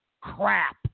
crap